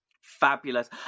Fabulous